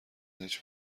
هیچ